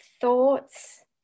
thoughts